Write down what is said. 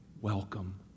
Welcome